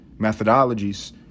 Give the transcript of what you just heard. methodologies